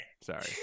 Sorry